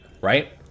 right